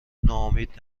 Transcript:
ناامید